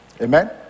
Amen